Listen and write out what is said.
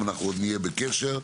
נהיה בקשר.